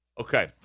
Okay